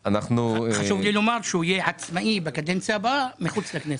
חשוב לי לומר שאביר קארה יהיה עצמאי בקדנציה הבאה מחוץ לכנסת.